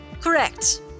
Correct